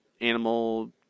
animal